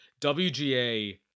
WGA